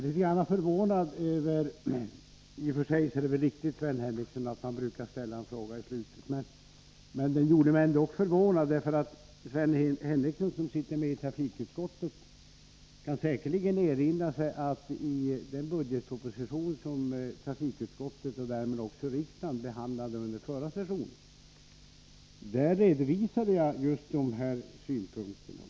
Herr talman! I och för sig är det riktigt, Sven Henricsson, att man brukar ställa en fråga i slutet, men den gjorde mig ändock förvånad. Sven Henricsson, som är ledamot av trafikutskottet, kan säkerligen erinra sig att jag i den budgetproposition som trafikutskottet och därmed riksdagen behandlade under förra sessionen redovisade de här synpunkterna.